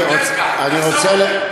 יותר קל, תחסוך את זה.